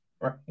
right